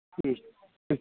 उम उम